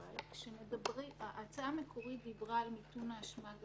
אנחנו מבינים שהזעם מסוגל להוריד גם את היכולת של האשם לשקול,